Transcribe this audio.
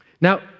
Now